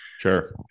Sure